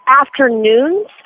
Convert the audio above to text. afternoons